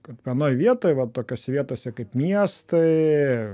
kad vienoj vietoj va tokiose vietose kaip miestai